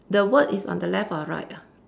the word is on the left or right ah